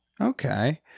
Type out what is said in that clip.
okay